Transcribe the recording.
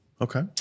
Okay